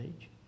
age